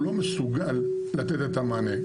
הוא לא מסוגל לתת את המענה.